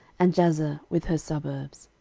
and jazer with her suburbs.